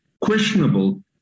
questionable